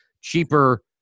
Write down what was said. cheaper